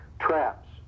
traps